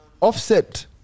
Offset